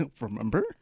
remember